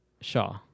Shaw